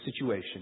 situation